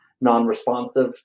non-responsive